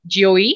GOE